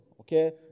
Okay